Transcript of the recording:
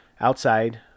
outside